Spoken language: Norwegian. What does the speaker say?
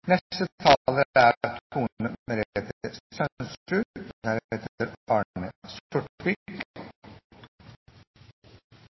Neste taler er